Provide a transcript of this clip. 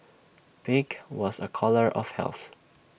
pink was A colour of health